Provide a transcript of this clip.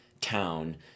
town